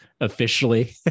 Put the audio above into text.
officially